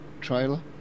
trailer